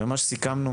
מה שסיכמנו,